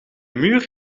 muur